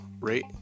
rate